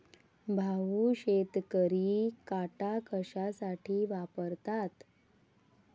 भाऊ, शेतकरी काटा कशासाठी वापरतात?